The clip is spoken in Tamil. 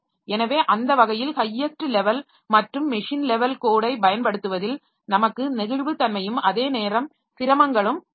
எனவே அந்த வகையில் ஹையஸ்ட் லெவல் மற்றும் மெஷின் லெவல் கோடை பயன்படுத்துவதில் நமக்கு நெகிழ்வுத்தன்மையும் அதேநேரம் சிரமங்களும் உள்ளன